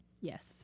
yes